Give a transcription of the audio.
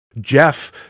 Jeff